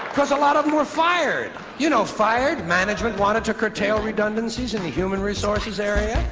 because a lot of them were fired. you know, fired management wanted to curtail redundancies in the human resources area,